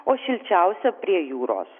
o šilčiausia prie jūros